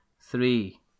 Three